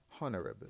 honorable